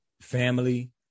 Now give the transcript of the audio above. family